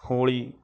ਹੋਲੀ